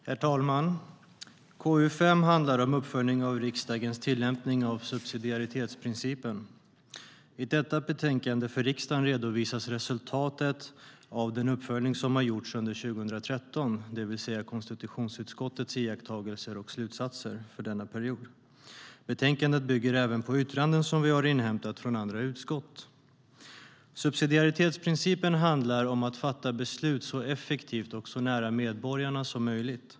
Herr talman! Betänkandet KU5 handlar om uppföljning av riksdagens tillämpning av subsidiaritetsprincipen. I betänkandet redovisas för riksdagen resultatet av den uppföljning som har gjorts under 2013, det vill säga konstitutionsutskottets iakttagelser och slutsatser för denna period. Betänkandet bygger även på yttranden som vi har inhämtat från andra utskott. Subsidiaritetsprincipen handlar om att beslut ska fattas så effektivt och så nära medborgarna som möjligt.